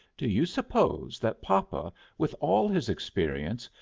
do you suppose that papa, with all his experience,